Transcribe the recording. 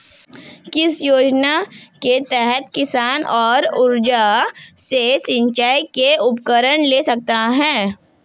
किस योजना के तहत किसान सौर ऊर्जा से सिंचाई के उपकरण ले सकता है?